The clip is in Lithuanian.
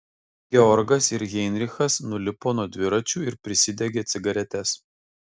georgas ir heinrichas nulipo nuo dviračių ir prisidegė cigaretes